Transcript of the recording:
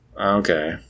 Okay